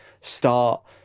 start